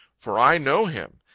for i know him,